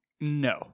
no